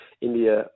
India